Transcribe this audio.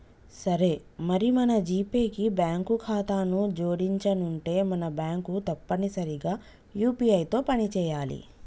సరే మరి మన జీపే కి బ్యాంకు ఖాతాను జోడించనుంటే మన బ్యాంకు తప్పనిసరిగా యూ.పీ.ఐ తో పని చేయాలి